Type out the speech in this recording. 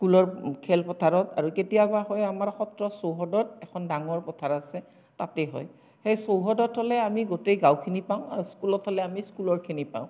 স্কুলৰ খেলপথাৰত আৰু কেতিয়াবা হয় আমাৰ সত্ৰৰ চৌহদত এখন ডাঙৰ পথাৰ আছে তাতে হয় সেই চৌহদত হ'লে আমি গোটেই গাঁওখিনি পাওঁ আৰু স্কুলত হ'লে আমি স্কুলৰখিনি পাওঁ